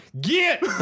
get